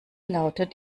lautet